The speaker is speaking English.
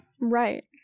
Right